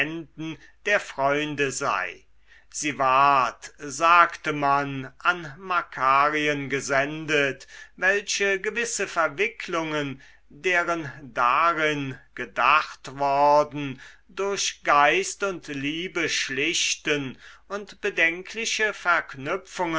der freunde sei sie ward sagte man an makarien gesendet welche gewisse verwicklungen deren darin gedacht worden durch geist und liebe schlichten und bedenkliche verknüpfungen